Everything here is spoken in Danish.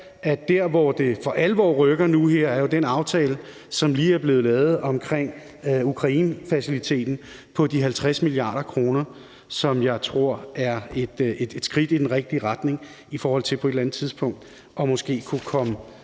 at der, hvor det for alvor rykker nu her, er med den aftale, som lige er blevet lavet, nemlig om Ukrainefaciliteten på de 50 mia. euro , som jeg tror er et skridt i den rigtige retning i forhold til på et eller andet tidspunkt måske at kunne komme